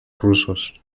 rusos